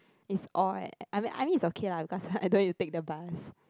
it's odd I mean I mean is okay lah because I don't need to take the bus